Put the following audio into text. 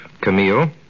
Camille